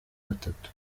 batatu